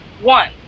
one